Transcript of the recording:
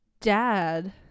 dad